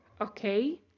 Okay